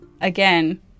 again